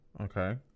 Okay